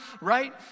right